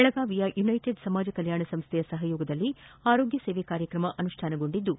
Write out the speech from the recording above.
ಬೆಳಗಾವಿಯ ಯುನೈಟೆಡ್ ಸಮಾಜ ಕಲ್ನಾಣ ಸಂಸ್ಥೆಯ ಸಹಯೋಗದಲ್ಲಿ ಆರೋಗ್ಯ ಸೇವೆ ಕಾರ್ಯಕ್ರಮ ಅನುಷ್ಟಾನಗೊಂಡಿದ್ದು